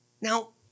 Now